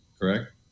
correct